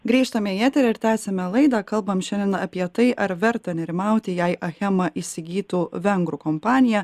grįžtame į eterį ir tęsiame laidą kalbam šiandien apie tai ar verta nerimauti jei achemą įsigytų vengrų kompanija